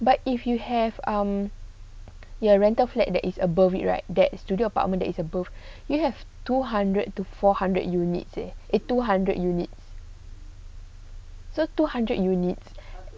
but if you have um your rental flat that is above it right that studio apartment that is above you have two hundred to four hundred unit eh two hundred unit so two hundred units